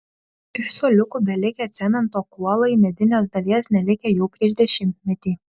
iš suoliukų belikę cemento kuolai medinės dalies nelikę jau prieš dešimtmetį